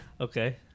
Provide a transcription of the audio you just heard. Okay